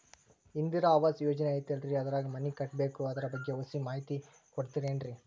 ಇಂದಿರಾ ಆವಾಸ ಯೋಜನೆ ಐತೇಲ್ರಿ ಅದ್ರಾಗ ಮನಿ ಕಟ್ಬೇಕು ಅದರ ಬಗ್ಗೆ ಒಸಿ ಮಾಹಿತಿ ಕೊಡ್ತೇರೆನ್ರಿ?